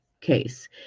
case